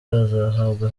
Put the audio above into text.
azahabwa